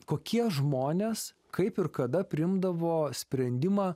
kokie žmonės kaip ir kada priimdavo sprendimą